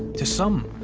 to some,